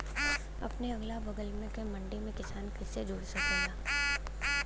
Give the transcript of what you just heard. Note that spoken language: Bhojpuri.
अपने अगला बगल के मंडी से किसान कइसे जुड़ सकेला?